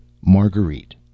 Marguerite